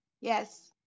Yes